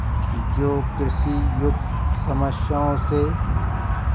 जो कृषि युक्त समस्याओं से